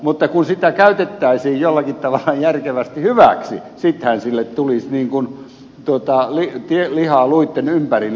mutta kun sitä käytettäisiin jollakin tavalla järkevästi hyväksi sittenhän sille tulisi niin kuin lihaa luitten ympärille